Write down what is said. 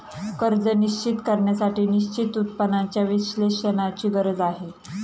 कर्ज निश्चित करण्यासाठी निश्चित उत्पन्नाच्या विश्लेषणाची गरज आहे